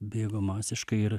bėgo masiškai ir